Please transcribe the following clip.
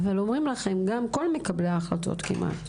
אבל אומרים לכם גם כל מקבלי ההחלטות כמעט,